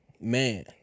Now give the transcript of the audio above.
Man